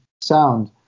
sound